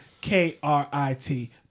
K-R-I-T